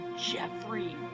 Jeffrey